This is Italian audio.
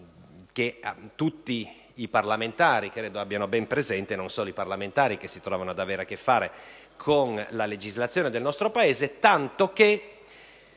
credo tutti i parlamentari abbiano ben presente, non solo quelli che si trovano ad avere a che fare con la legislazione del nostro Paese, tanto che